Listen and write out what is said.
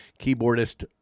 keyboardist